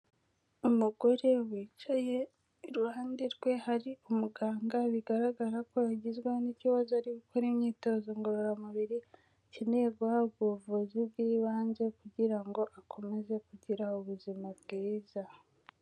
Umugore wicaye, iruhande rwe hari umuganga, bigaragara ko yagezweho n'ikibazo ari ugukora imyitozo ngororamubiri, akeneye guhabwa ubuvuzi bw'ibanze kugira ngo akomeze kugira ubuzima bwiza.